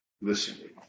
listening